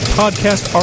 podcast